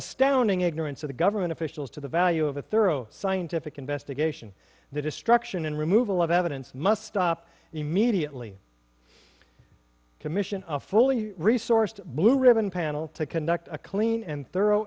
astounding ignorance of the government officials to the value of a thorough scientific investigation the destruction and removal of evidence must stop and immediately commission a fully resourced blue ribbon panel to conduct a clean and thorough